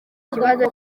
ikibazo